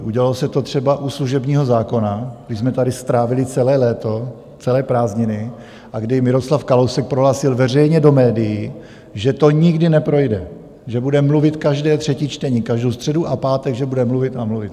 Udělalo se to třeba u služebního zákona, kdy jsme tady strávili celé léto, celé prázdniny a kdy Miroslav Kalousek prohlásil veřejně do médií, že to nikdy neprojde, že bude mluvit každé třetí čtení, každou středu a pátek že bude mluvit a mluvit.